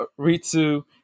ritsu